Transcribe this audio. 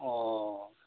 ᱚ